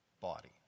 body